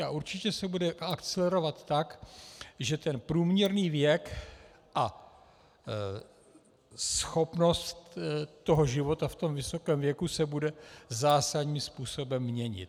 A určitě se bude akcelerovat tak, že průměrný věk a schopnost života ve vysokém věku se bude zásadním způsobem měnit.